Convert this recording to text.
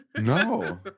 No